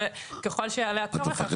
וככל שיעלה הצורך,